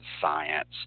science